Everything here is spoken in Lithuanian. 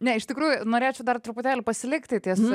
ne iš tikrųjų norėčiau dar truputėlį pasilikti ties